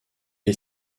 est